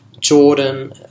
Jordan